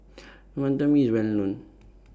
Wantan Mee IS Well known